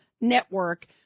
Network